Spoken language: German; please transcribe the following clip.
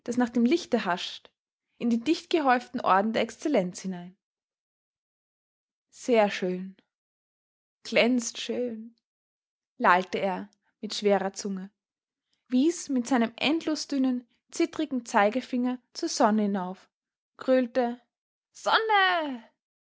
nach dem lichte hascht in die dichtgehäuften orden der excellenz hinein sehr schön glänzt schön lallte er mit schwerer zunge wies mit seinem endlos dünnen zitterigen zeigefinger zur sonne hinauf gröhlte sonne